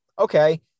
okay